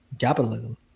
Capitalism